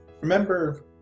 Remember